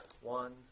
One